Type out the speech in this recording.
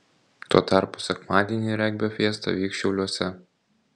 tuo tarpu sekmadienį regbio fiesta vyks šiauliuose